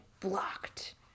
blocked